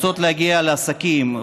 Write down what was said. רוצות להגיע לעסקים,